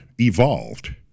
evolved